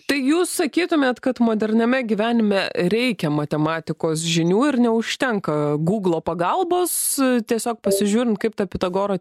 tai jūs sakytumėt kad moderniame gyvenime reikia matematikos žinių ir neužtenka guglo pagalbos tiesiog pasižiūrint kaip ta pitagoro